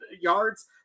yards